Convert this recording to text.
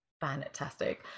Fantastic